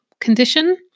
condition